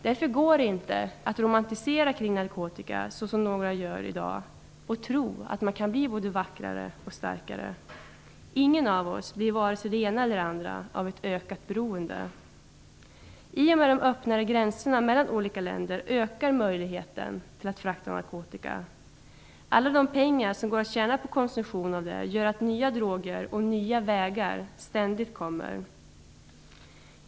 Därför går det inte att romantisera kring narkotika, som några gör i dag, och tro att man kan bli både vackrare och starkare. Ingen av oss blir vare sig det ena eller det andra av ett ökat beroende. I och med de öppnare gränserna mellan olika länder ökar möjligheten att frakta narkotika. Alla de pengar som går att tjäna på denna konsumtion gör att nya droger kommer och nya vägar ständigt hittas.